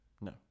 No